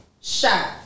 shot